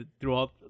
throughout